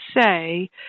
say